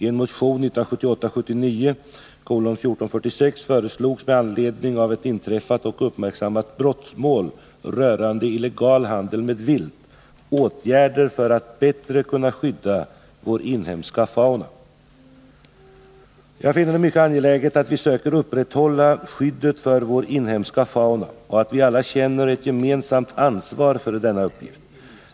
I en motion 1978/79:1446 föreslogs, med anledning av ett inträffat och uppmärksammat brottmål rörande illegal handel med vilt, åtgärder för att bättre kunna skydda vår inhemska fauna. Jag finner det mycket angeläget att vi söker upprätthålla skyddet för vår inhemska fauna och att vi alla känner ett gemensamt ansvar för denna uppgift.